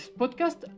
podcast